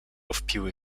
wpiły